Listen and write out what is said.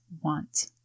want